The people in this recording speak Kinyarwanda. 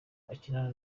akinana